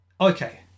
okay